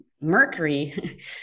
mercury